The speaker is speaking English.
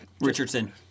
Richardson